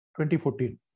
2014